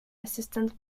assistant